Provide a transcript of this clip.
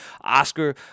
Oscar